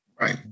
Right